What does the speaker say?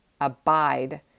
abide